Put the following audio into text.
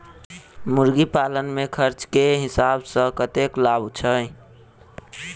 मुर्गी पालन मे खर्च केँ हिसाब सऽ कतेक लाभ छैय?